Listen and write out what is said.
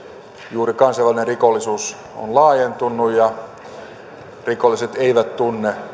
juuri kansainvälinen rikollisuus on laajentunut ja rikolliset eivät tunne